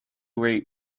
weight